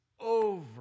Over